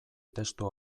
testu